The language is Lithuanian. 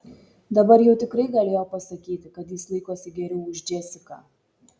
dabar jau tikrai galėjo pasakyti kad jis laikosi geriau už džesiką